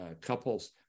couples